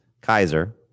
Kaiser